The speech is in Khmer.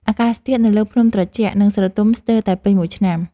អាកាសធាតុនៅលើភ្នំត្រជាក់ និងស្រទំស្ទើរតែពេញមួយឆ្នាំ។